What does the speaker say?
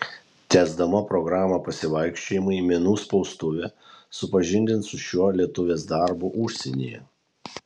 tęsdama programą pasivaikščiojimai menų spaustuvė supažindins su šiuo lietuvės darbu užsienyje